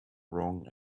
wrong